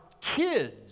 kids